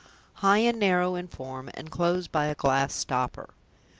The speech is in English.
high and narrow in form, and closed by a glass stopper.